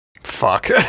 fuck